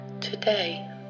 Today